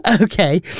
okay